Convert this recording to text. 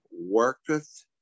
Worketh